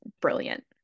brilliant